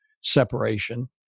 separation